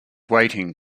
waiting